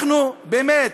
אנחנו באמת